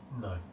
No